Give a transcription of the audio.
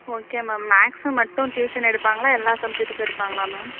okay ma'am மேக்ஸ்ஸுக்கு மட்டும் tuition எடுப்பாங்களா எல்லா சப்ஜெக்டுக்கும் எடுப்பாங்களா மேம்